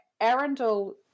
Arundel